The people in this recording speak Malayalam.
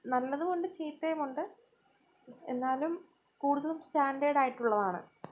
നല്ലതുമുണ്ട് ചീത്തയുമുണ്ട് എന്നാലും കൂടുതലും സ്റ്റാൻഡേർഡായിട്ടുള്ളതാണ്